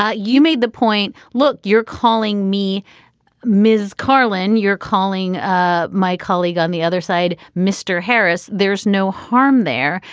ah you made the point look you're calling me mrs. carlin you're calling ah my colleague on the other side mr. harris. there's no harm there.